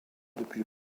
depuis